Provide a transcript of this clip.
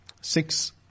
Six